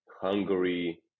hungary